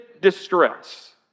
distress